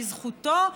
בזכותו,